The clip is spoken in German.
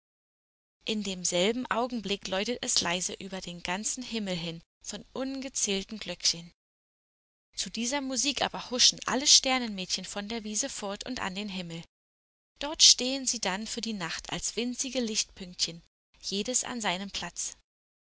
in demselben augenblick läutet es leise über den ganzen himmel hin von ungezählten glöckchen zu dieser musik aber huschen alle sternenmädchen von der wiese fort und an den himmel dort stehen sie dann für die nacht als winzige lichtpünktchen jedes an seinem platz